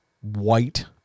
white